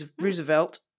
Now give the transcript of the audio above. Roosevelt